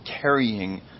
carrying